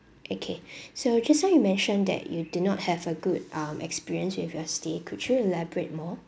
okay so just now you mentioned that you did not have a good um experience with your stay could you elaborate more